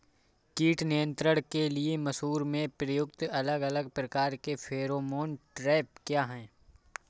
कीट नियंत्रण के लिए मसूर में प्रयुक्त अलग अलग प्रकार के फेरोमोन ट्रैप क्या है?